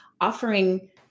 offering